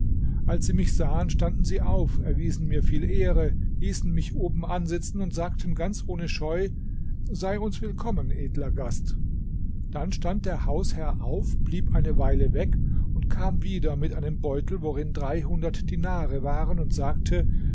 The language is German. als sie mich sahen standen sie auf erwiesen mir viel ehre hießen mich obenan sitzen und sagten ganz ohne scheu sei uns willkommen edler gast dann stand der hausherr auf blieb eine weile weg und kam wieder mit einem beutel worin dreihundert dinare waren und sagte